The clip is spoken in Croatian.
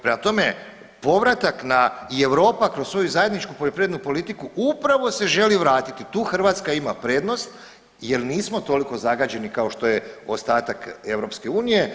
Prema tome, povratak na i Europa kroz svoju zajedničku poljoprivrednu politiku upravo se želi vratiti, tu Hrvatska ima prednost jer nismo toliko zagađeni kao što je ostatak EU.